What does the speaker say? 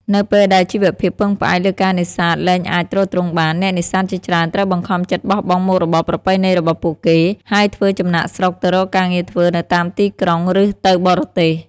នៅពេលដែលជីវភាពពឹងផ្អែកលើការនេសាទលែងអាចទ្រទ្រង់បាន អ្នកនេសាទជាច្រើនត្រូវបង្ខំចិត្តបោះបង់មុខរបរប្រពៃណីរបស់ពួកគេ ហើយធ្វើចំណាកស្រុកទៅរកការងារធ្វើនៅតាមទីក្រុង ឬទៅបរទេស។